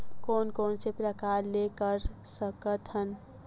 कोन कोन से प्रकार ले कर सकत हन?